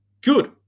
good